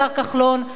השר כחלון,